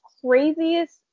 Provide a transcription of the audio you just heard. craziest